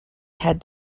had